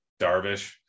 Darvish